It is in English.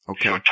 Okay